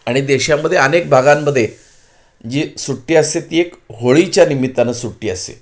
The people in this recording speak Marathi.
आणि देशामध्ये अनेक भागांमध्ये जी सुट्टी असते ती एक होळीच्या निमित्तानं सुट्टी असते